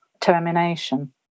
termination